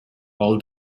all